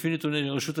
לפי נתוני רשות המיסים,